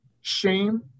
shame